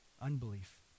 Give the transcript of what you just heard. unbelief